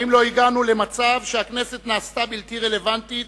האם לא הגענו למצב שהכנסת נעשתה בלתי רלוונטית,